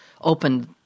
opened